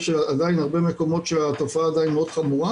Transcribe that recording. יש עדיין הרבה מקומות שהתופעה עדיין מאוד חמורה